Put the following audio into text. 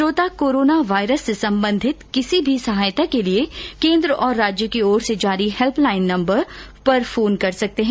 श्रोता corona virus से संबंधित किसी भी सहायता के लिए केन्द्र और राज्य की ओर से जारी हेल्प लाइन नम्बर पर फोन कर सकते हैं